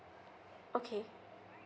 okay